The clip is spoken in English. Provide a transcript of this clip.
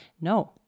No